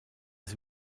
sie